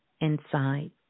inside